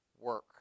work